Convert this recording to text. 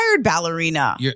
ballerina